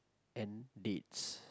and dates